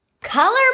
color